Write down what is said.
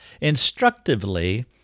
instructively